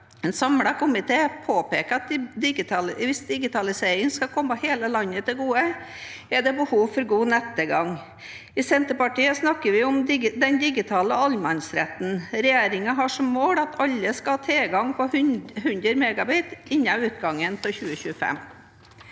En samlet komité påpeker at hvis digitaliseringen skal komme hele landet til gode, er det behov for god nettilgang. I Senterpartiet snakker vi om den digitale allemannsretten. Regjeringa har som mål at alle skal ha tilgang til 100 Mbit/s innen utgangen av 2025.